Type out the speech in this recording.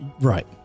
right